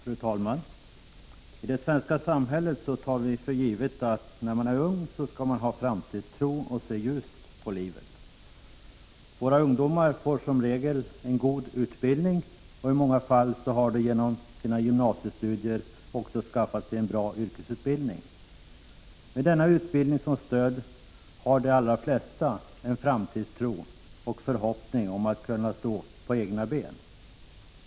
Fru talman! I det svenska samhället tar vi för givet att den som är ung skall ha framtidstro och se ljust på livet. Våra ungdomar får som regel en god utbildning, och i många fall har de genom sina gymnasiestudier också skaffat sig en bra yrkesutbildning. Med denna utbildning som stöd har de allra flesta framtidstro och en förhoppning om att kunna stå på egna ben.